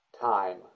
time